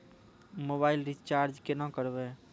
Mobile recharge केना करबै?